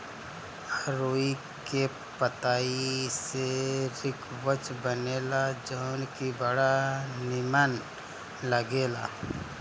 अरुई के पतई से रिकवच बनेला जवन की बड़ा निमन लागेला